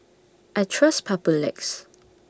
I Trust Papulex